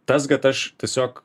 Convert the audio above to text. tas kad aš tiesiog